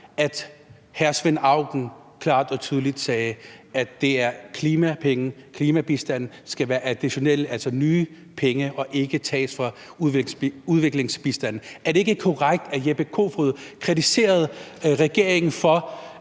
at hr. Svend Auken klart og tydeligt sagde, at klimapenge, klimabistanden, skal være additionelle, altså nye penge, og ikke tages fra udviklingsbistanden? Er det ikke korrekt, at hr. Jeppe Kofod kritiserede regeringen for